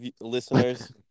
listeners